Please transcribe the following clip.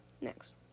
Next